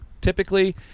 typically